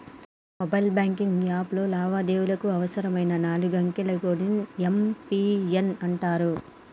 mobile banking యాప్లో లావాదేవీలకు అవసరమైన నాలుగు అంకెల కోడ్ ని యం.పి.ఎన్ అంటరు